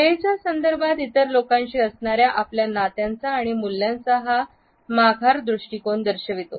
वेळेच्या संदर्भात इतर लोकांशी असणाऱ्या आपल्या नात्यांचा आणि मूल्यांचा हा माघार दृष्टिकोन दर्शवितो